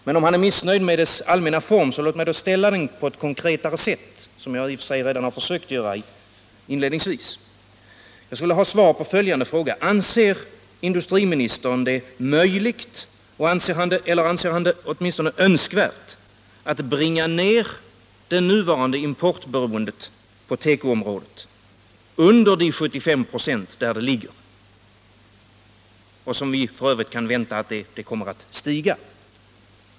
Om Erik Huss är missnöjd med diskussionens allmänna form, låt mig då ställa frågan på ett konkretare sätt, som jag f. ö. redan inledningsvis försökte göra. Jag skulle vilja ha svar på följande fråga: Anser industriministern det möjligt eller anser industriministern det åtminstone önskvärt att bringa ned det nuvarande importberoendet på tekoområdet under 75-procentsnivån, en nivå som vi f. ö. kan räkna med kommer att passeras?